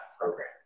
program